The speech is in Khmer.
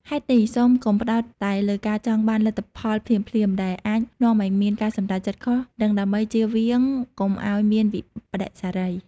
ហេតុនេះ សូមកុំផ្តោតតែលើការចង់បានលទ្ធផលភ្លាមៗ ដែលអាចនាំឱ្យមានការសម្រេចចិត្តខុស និងដើម្បីជៀសវៀងកុំអោយមានវិប្បដិសេរី។